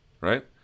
right